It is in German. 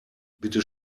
bitte